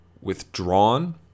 withdrawn